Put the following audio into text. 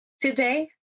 Today